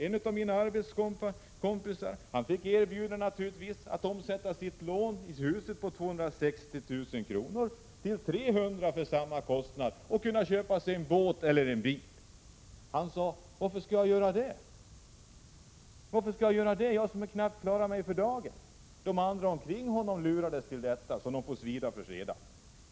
En av mina arbetskompisar fick erbjudande att omsätta sitt lån i huset på 260 000 kr. till 300 000 kr. för samma kostnad för att kunna köpa sig en båt eller en bil. Han sade: Varför skall jag göra det, jag som knappt klarar mig för dagen? De andra omkring honom lurades däremot till detta, och det får de lida för sedan.